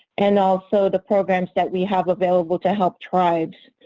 and also the programs that we have available to help tribes.